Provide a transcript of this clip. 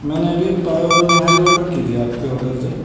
میں نے ابھی پایہ اور نہاری آڈر کی تھی آپ کے ہوٹل سے